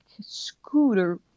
scooter